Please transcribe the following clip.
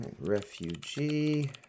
Refugee